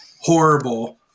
horrible